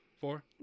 Four